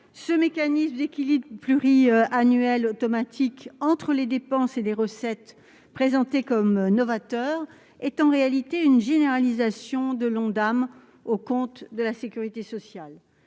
ce mécanisme d'équilibre pluriannuel automatique entre les dépenses et les recettes est en réalité une généralisation de l'Ondam aux comptes de la sécurité sociale.